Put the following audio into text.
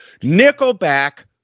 Nickelback